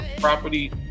property